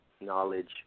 knowledge